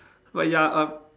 but ya uh